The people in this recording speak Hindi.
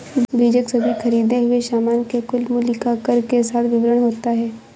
बीजक सभी खरीदें हुए सामान के कुल मूल्य का कर के साथ विवरण होता है